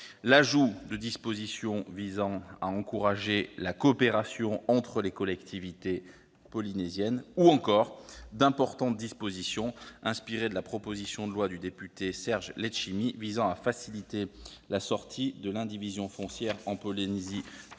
l'ajout de dispositions visant à encourager la coopération entre les collectivités polynésiennes ou encore d'importantes dispositions, inspirées de la proposition de loi du député Serge Letchimy, visant à faciliter la sortie de l'indivision foncière en Polynésie